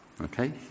Okay